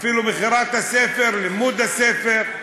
אפילו מכירת הספר, לימוד הספר,